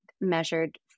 measured